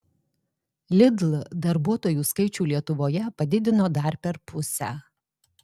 lidl darbuotojų skaičių lietuvoje padidino dar per pusę